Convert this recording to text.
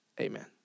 amen